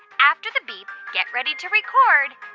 after the beep, get ready to record